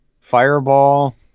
Fireball